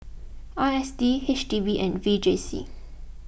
I S D H D B and V J C